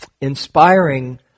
inspiring